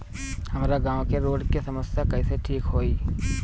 हमारा गाँव मे रोड के समस्या कइसे ठीक होई?